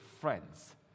friends